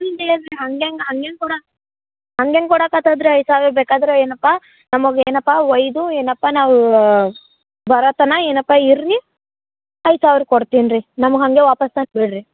ಹಿಂಗೆ ಹೇಳರೇ ಹಂಗ್ಯಾಂಗ ಹಂಗ್ಯಾಂಗ ಕೊಡ ಹಂಗ್ಯಾಂಗ ಕೊಡಕತದ್ರಿ ಐದು ಸಾವಿರ ಬೇಕಾದರೆ ಏನಪ್ಪಾ ನಮಗೆ ಏನಪ್ಪಾ ವೈದು ಏನಪ್ಪಾ ನಾವು ಬರತನ ಏನಪ್ಪಾ ಇರ್ರೀ ಐದು ಸಾವಿರ ಕೊಡ್ತೀನಿ ರೀ ನಮ್ಗ ಹಾಗೆ ವಾಪಾಸ್ ತಂದು ಬಿಡ್ರಿ